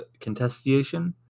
contestation